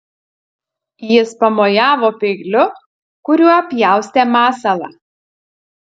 jis pamojavo peiliu kuriuo pjaustė masalą